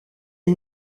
est